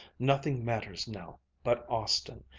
nothing matters now but austin.